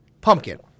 Pumpkin